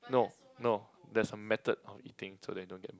no no there's a method of eating so that you don't get